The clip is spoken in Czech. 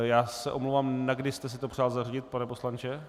Já se omlouvám, na kdy jste si to přál zařadit, pane poslanče?